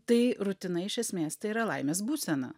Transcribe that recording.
tai rutina iš esmės tai yra laimės būsena